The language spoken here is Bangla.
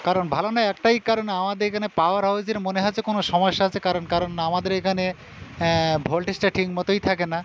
কারণ ভালো না একটাই কারণে আমাদের এখানে পাওয়ার হাউসের মনে হচ্ছে কোনো সমস্যা আছে কারণ কারণ আমাদের এখানে ভোল্টেজটা ঠিক মতোই থাকে না